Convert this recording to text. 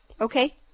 Okay